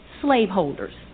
slaveholders